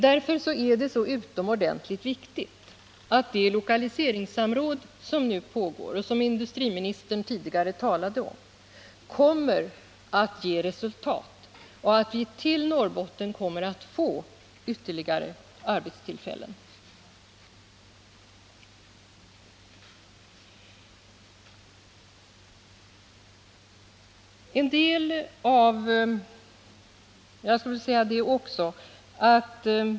Därför är det så utomordentligt viktigt att det lokaliseringssamråd som nu pågår och som industriministern talade om kommer att ge resultat och att Norrbotten får ytterligare arbetstillfällen.